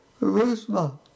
Rusma